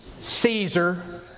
Caesar